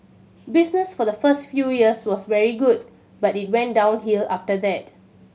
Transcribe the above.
business for the first few years was very good but it went downhill after that